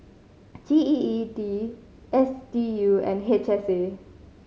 G E E D S D U and H S A